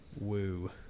Woo